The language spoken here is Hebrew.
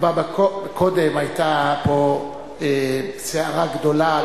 קודם היתה פה סערה גדולה,